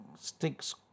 sticks